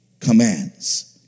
commands